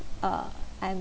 uh I'm